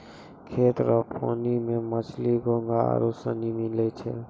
खेत रो पानी मे मछली, घोंघा आरु सनी मिलै छै